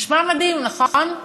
נשמע מדהים, נכון?